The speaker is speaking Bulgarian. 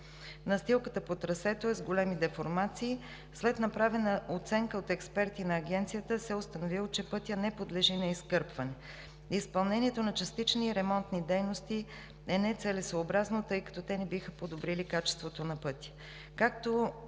Настилката по трасето е с големи деформации. След направена оценка от експерти на Агенцията се е установило, че пътят не подлежи на изкърпване. Изпълнението на частични ремонтни дейности е нецелесъобразно, тъй като те не биха подобрили качеството на пътя.